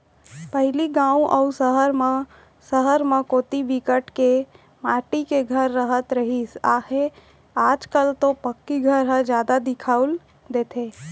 पहिली गाँव अउ सहर म कोती बिकट के माटी के घर राहत रिहिस हे आज कल तो पक्की घर जादा दिखउल देथे